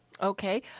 Okay